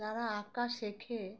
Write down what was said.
যারা আঁকা শেখে